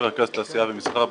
שלא תאשימו.